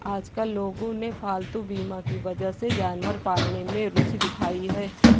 आजकल लोगों ने पालतू बीमा की वजह से जानवर पालने में रूचि दिखाई है